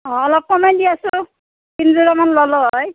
অঁ অলপ কমাই দিয়াচোন তিনযোৰা মান ল'লো হয়